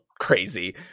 crazy